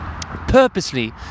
purposely